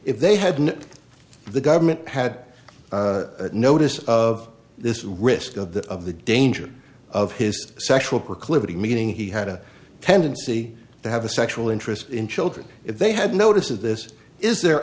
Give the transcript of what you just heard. if they hadn't the government had notice of this risk of that of the danger of his sexual proclivity meaning he had a tendency to have a sexual interest in children if they had notice of this is there